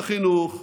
בחינוך,